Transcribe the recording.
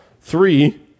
Three